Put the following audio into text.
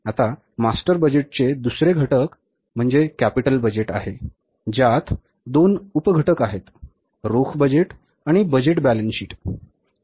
आता मास्टर बजेटचे दुसरे घटक कॅपिटल बजेट आहेत ज्यात दोन उपघटक आहेत रोख बजेट आणि बजेट बॅलन्स शीट